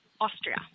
Austria